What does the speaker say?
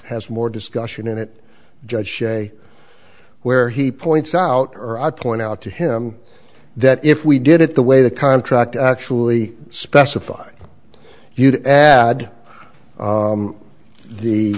has more discussion in it judge shay where he points out or i point out to him that if we did it the way the contract actually specified you'd add